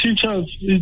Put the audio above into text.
teachers